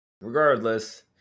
regardless